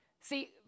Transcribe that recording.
See